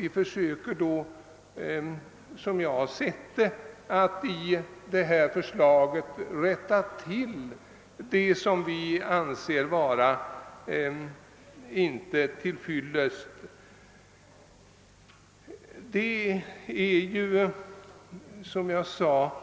Vi har emellertid samtidigt försökt att rätta till vad vi inte ansåg vara till fyllest i Kungl. Maj:ts förslag. Det råder, som jag tidigare sagt,